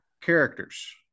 characters